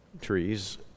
trees